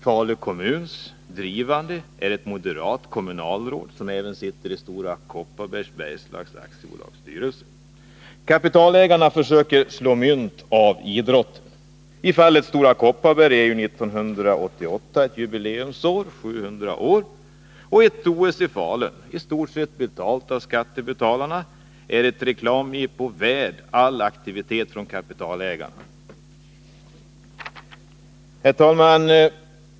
Falu kommuns drivande kraft är ett moderat kommunalråd som även sitter i Stora Kopparbergs styrelse. Kapitalägarna försöker slå mynt av idrotten. I fallet Stora Kopparberg är 1988 ett jubileumsår, 700 år, och ett OS i Falun, i stort sett betalt av . skattebetalarna, är ett reklamjippo värt all aktivitet från kapitalägarna. Herr talman!